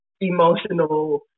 emotional